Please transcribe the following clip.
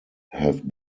have